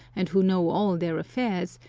and who know all their affairs,